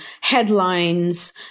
headlines